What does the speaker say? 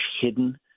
hidden